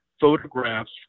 photographs